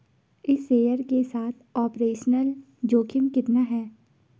इस शेयर के साथ ऑपरेशनल जोखिम कितना है?